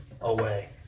away